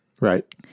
Right